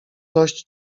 dość